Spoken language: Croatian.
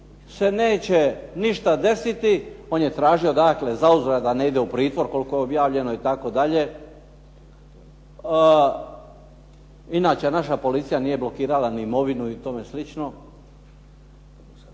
se neće ništa desiti. On je tražio dakle zauzvrat da ne ide u pritvor, koliko je objavljeno itd. Inače naša policija nije blokirala ni imovinu i tome slično.